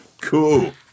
Cool